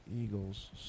Eagles